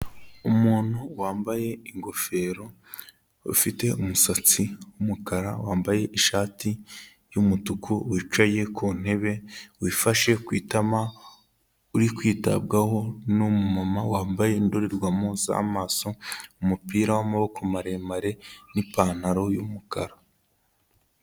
Umuntu wambaye ingofero ufite umusatsi w'umukara wambaye ishati y'umutuku, wicaye ku ntebe wifashe ku itama, uri kwitabwaho n'umumama wambaye indorerwamo z'amaso, umupira w'amaboko maremare n'ipantaro y'umukara.